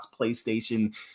PlayStation